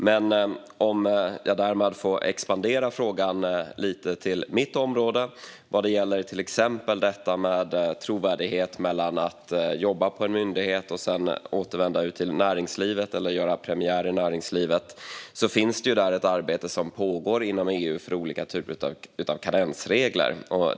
Men om jag får expandera frågan lite till mitt område vad gäller till exempel trovärdigheten i att jobba på en myndighet och sedan återvända till eller göra premiär i näringslivet kan jag säga att det pågår ett arbete inom EU med olika typer av karensregler.